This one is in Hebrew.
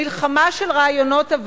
אבל מלחמה של רעיונות,